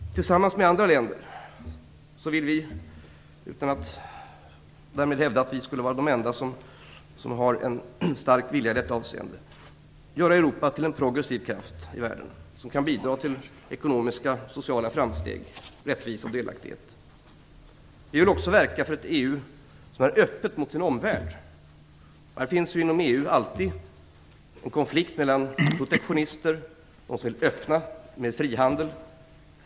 Tillsammans med andra länder vill vi - utan att därmed hävda att vi skulle vara de enda som har en stark vilja i detta avseende - göra Europa till en progressiv kraft i världen, som kan bidra till ekonomiska och sociala framsteg, rättvisa och delaktighet. Vi vill också verka för ett EU som är öppet mot sin omvärld. Det finns inom EU alltid en konflikt mellan protektionister och dem som vill öppna för mer frihandel.